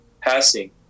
passing